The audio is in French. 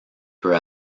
peut